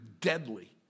deadly